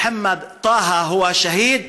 השהיד, מוחמד טאהא הוא שהיד.